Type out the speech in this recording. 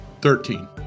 Thirteen